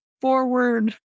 forward